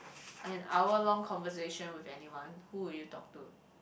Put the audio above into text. an hour long conversation with anyone who would you talk to